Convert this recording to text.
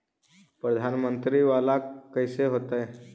प्रधानमंत्री मंत्री वाला कैसे होता?